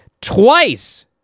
twice